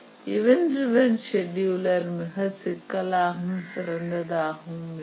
event driven scheduler மிக சிக்கலாகவும் சிறந்ததாகவும் இருக்கும்